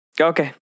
Okay